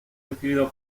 recibido